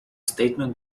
statement